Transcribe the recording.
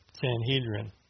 Sanhedrin